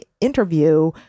interview